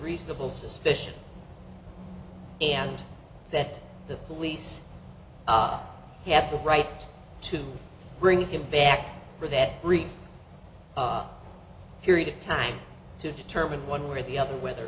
reasonable suspicion and that the police had the right to bring him back for that brief period of time to determine one way or the other whether